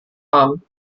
haben